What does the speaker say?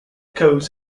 codes